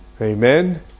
Amen